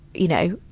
you know,